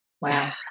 Wow